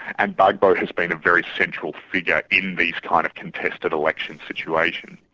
and gbagbo has been a very central figure in these kind of contested election situations.